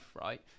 right